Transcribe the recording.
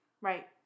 Right